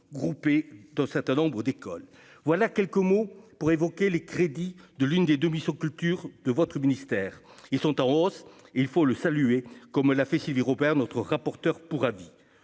groupés dans certains nombres d'école voilà quelques mots pour évoquer les crédits de l'une des de mission culture de votre ministère, ils sont en hausse, il faut le saluer, comme l'a fait, Sylvie Robert, notre rapporteur pour avis,